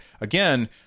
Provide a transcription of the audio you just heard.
Again